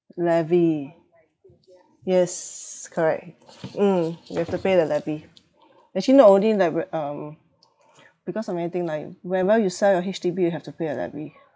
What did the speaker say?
levy yes correct mm you have to pay the levy actually not only lev~ um because so many thing like whenever you sell your H_D_B you have to pay a levy